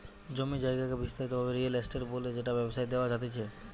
জমি জায়গাকে বিস্তারিত ভাবে রিয়েল এস্টেট বলে যেটা ব্যবসায় দেওয়া জাতিচে